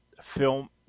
film